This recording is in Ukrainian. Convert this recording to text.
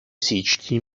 січні